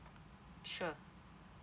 sure